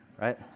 right